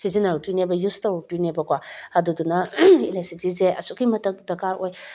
ꯁꯤꯖꯤꯟꯅꯔꯛꯇꯣꯏꯅꯦꯕ ꯌꯨꯁ ꯇꯧꯔꯛꯇꯣꯏꯅꯦꯕꯀꯣ ꯑꯗꯨꯗꯨꯅ ꯏꯂꯦꯛꯁꯤꯇ꯭ꯔꯤꯁꯦ ꯑꯁꯨꯛꯀꯤ ꯃꯊꯛ ꯗꯔꯀꯥꯔ ꯑꯣꯏ